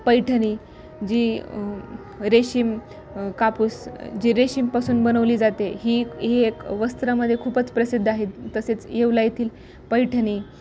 पैठणी जी रेशीम कापूस जी रेशीमपासून बनवली जाते ही ही एक वस्त्रामध्ये खूपच प्रसिद्ध आहेत तसेच येवला येथील पैठणी